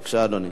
בבקשה, אדוני.